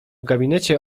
gabinecie